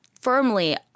firmly